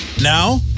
Now